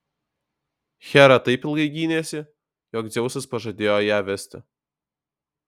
hera taip ilgai gynėsi jog dzeusas pažadėjo ją vesti